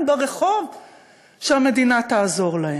עדיין היו מחכים עכשיו ברחוב שהמדינה תעזור להם.